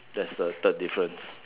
that's the third difference